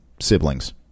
siblings